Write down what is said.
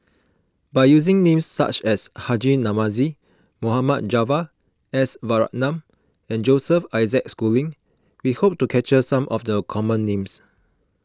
by using names such as Haji Namazie Mohd Javad S Varathan and Joseph Isaac Schooling we hope to capture some of the common names